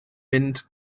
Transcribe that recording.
mynd